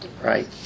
Right